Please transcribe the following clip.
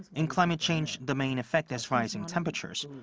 in climate change, the main effect is rising temperatures.